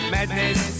Madness